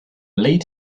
lead